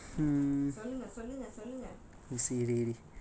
சொல்லுங்க சொல்லுங்க சொல்லுங்க:sollunga sollunga sollunga